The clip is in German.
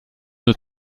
nur